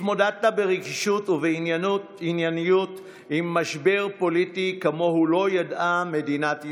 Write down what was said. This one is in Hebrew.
התמודדת ברגישות ובענייניות עם משבר פוליטי שכמוהו לא ידעה מדינת ישראל.